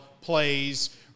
plays